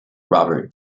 robert